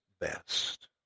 best